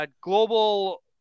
Global